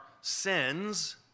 sins